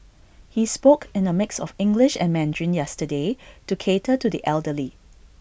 he spoke in A mix of English and Mandarin yesterday to cater to the elderly